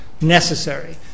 necessary